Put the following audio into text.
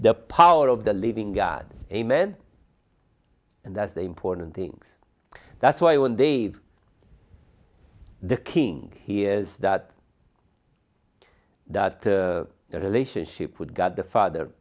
the power of the living god amen and that's the important things that's why when dave the king he is that that relationship with god the father